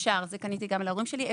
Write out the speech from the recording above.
קניתי את זה גם להורים שלי.